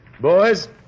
Boys